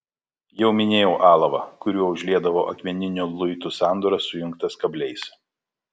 jau minėjau alavą kuriuo užliedavo akmeninių luitų sandūras sujungtas kabliais